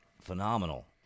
phenomenal